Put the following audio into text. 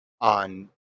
on